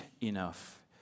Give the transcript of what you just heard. enough